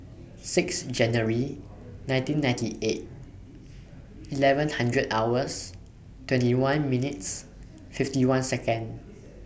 six January nineteen ninety eight eleven hundred hours twenty one minutes fifty one Second